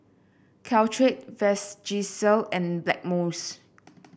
Caltrate Vagisil and Blackmores